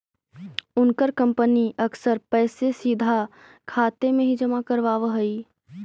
उनकर कंपनी अक्सर पैसे सीधा खाते में ही जमा करवाव हई